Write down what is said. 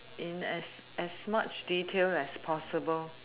in as as much detail as possible